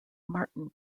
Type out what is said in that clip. martin